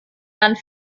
dann